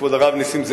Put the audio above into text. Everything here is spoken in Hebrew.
כבוד הרב נסים,